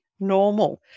normal